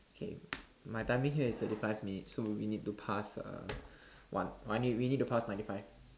K my timing here is thirty five minutes so we need to pass uh one we we need to pass ninety five